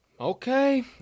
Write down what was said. Okay